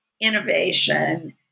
innovation